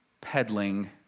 peddling